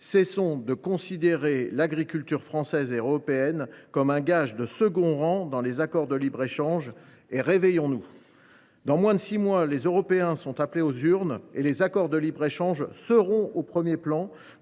Cessons de considérer l’agriculture française et européenne comme un sujet de second rang dans les accords de libre échange et réveillons nous ! Dans moins de six mois, les Européens seront appelés aux urnes et les accords de libre échange seront au premier plan